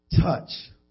touch